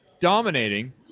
dominating